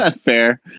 fair